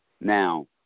Now